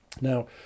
Now